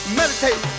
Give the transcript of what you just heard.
meditate